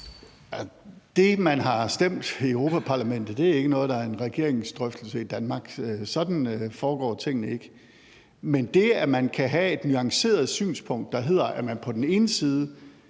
Det, som man har stemt i Europa-Parlamentet, er ikke noget, som der er en regeringsdrøftelse af i Danmark. Sådan foregår tingene ikke. Men det, at man kan have et nuanceret synspunkt, der handler om, at man på den ene side